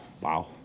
wow